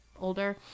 older